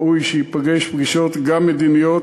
ראוי שייפגש פגישות גם מדיניות,